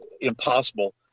impossible